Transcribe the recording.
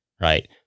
right